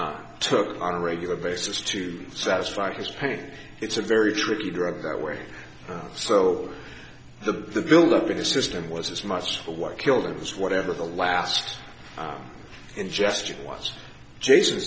took on a regular basis to satisfy his pain it's a very tricky drug that way so the build up in his system was as much for what killed him as whatever the last ingestion was jason